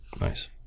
Nice